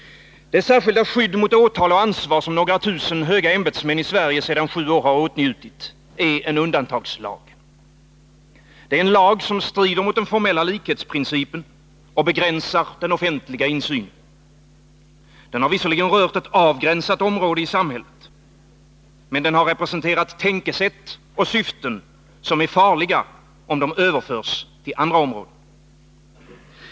Det särskilda skydd mot åtal och ansvar som några tusen höga ämbetsmän i Sverige sedan sju år åtnjutit är en undantagslag. Den är en lag som strider mot den formella likhetsprincipen och begränsar den offentliga insynen. Den har visserligen rört ett avgränsat område av samhället, men den har representerat tänkesätt och syften som är farliga, om de överförs till andra områden.